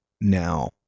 now